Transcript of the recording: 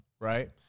right